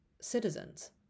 citizens